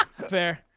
Fair